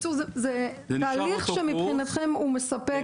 בקיצור זה תהליך שמבחינתכם הוא מספק